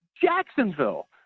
Jacksonville